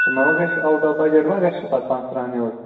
سُہ مےٚ ما گژھِ آوُٹ آف بَجَٹ ما گژھِ سُہ پتہٕ پانٛژھ تٕرٛہَن ہیوٚر